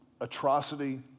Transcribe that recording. atrocity